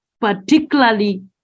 particularly